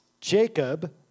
Jacob